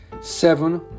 seven